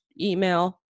email